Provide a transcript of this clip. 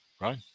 Right